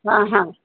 हां हां